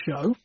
show